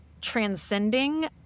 transcending